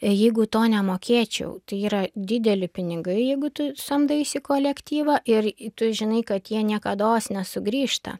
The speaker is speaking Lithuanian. jeigu to nemokėčiau tai yra dideli pinigai jeigu tu samdaisi kolektyvą ir tu žinai kad jie niekados nesugrįžta